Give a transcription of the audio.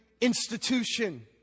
institution